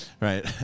Right